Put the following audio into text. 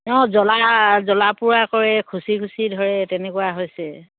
অঁ জলা জ্বলা পোৰা কৰে খুচি খুচি ধৰে তেনেকুৱা হৈছে